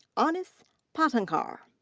anas patankar.